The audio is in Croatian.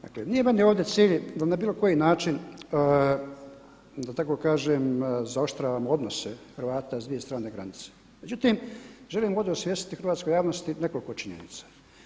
Dakle nije meni ovdje cilj da na bilo koji način da tako kažem zaoštravam odnose Hrvata s dvije strane granice, međutim želim ovdje osvijestiti hrvatskoj javnosti nekoliko činjenica.